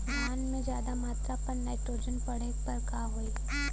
धान में ज्यादा मात्रा पर नाइट्रोजन पड़े पर का होई?